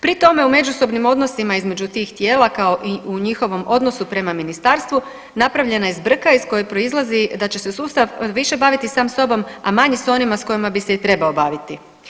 Pri tome u međusobnim odnosima između tih tijela kao i u njihovom odnosu prema ministarstvu napravljena je zbrka iz koje proizlazi da će se sustav više baviti sam sobom, a manje sa onima sa kojima bi se i trebao baviti.